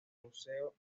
museo